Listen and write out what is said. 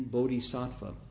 Bodhisattva